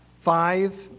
Five